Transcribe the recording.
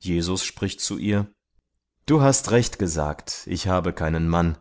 jesus spricht zu ihr du hast recht gesagt ich habe keinen mann